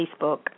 Facebook